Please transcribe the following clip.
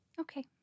okay